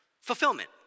Fulfillment